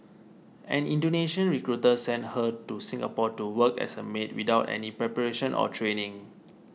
an Indonesian recruiter sent her to Singapore to work as a maid without any preparation or training